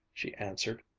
she answered,